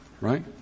right